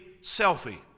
selfie